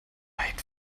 made